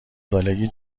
سالگی